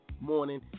morning